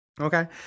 Okay